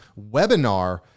webinar